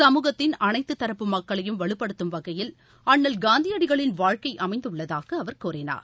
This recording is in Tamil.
சமூகத்தின் அனைத்து தரப்பு மக்களையும் வலுப்படுத்தும் வகையில் அண்ணல் காந்தியடிகளின் வாழ்க்கை அமைந்துள்ளதாக அவர் கூறினார்